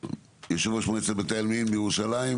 יושב ראש מועצת בתי העלמין בירושלים,